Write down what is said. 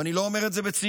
ואני לא אומר את זה בציניות,